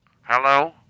Hello